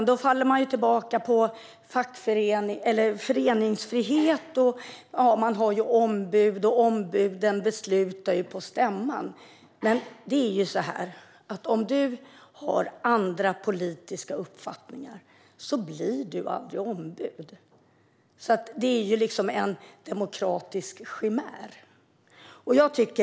Då faller man tillbaka på frågan om föreningsfrihet, ombud och att ombud beslutar på stämman. Men om du har andra politiska uppfattningar blir du aldrig ombud. Det är en demokratisk chimär.